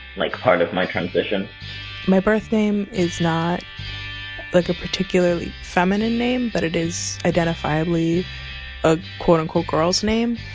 like part of my transition my birth name is not like a particularly feminine name but it is identifiably a quote unquote girl's name.